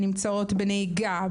נמצאות בנהיגה,